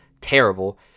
terrible